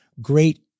great